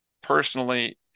personally